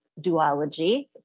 duology